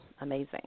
Amazing